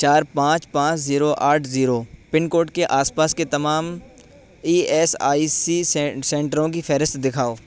چار پانچ پانچ زیرو آٹھ زیرو پن کوڈ کے آس پاس کے تمام ای ایس آئی سی سنٹروں کی فہرست دکھاؤ